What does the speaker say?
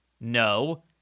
No